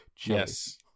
Yes